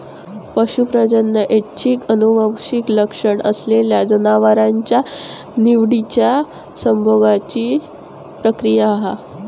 पशू प्रजनन ऐच्छिक आनुवंशिक लक्षण असलेल्या जनावरांच्या निवडिच्या संभोगाची प्रक्रिया असा